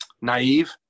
naive